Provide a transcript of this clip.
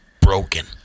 broken